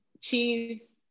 cheese